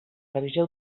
revisió